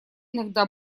иногда